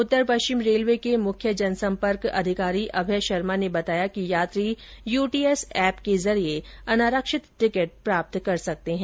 उत्तर पृष्चिम रेलवे के मुख्य जनसंपर्क अधिकारी अभय शर्मा ने बताया कि यात्री यूटीएस एप के जरिए अनारक्षित टिकट प्राप्त कर सकते हैं